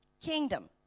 kingdom